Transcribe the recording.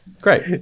Great